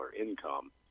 income